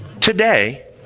Today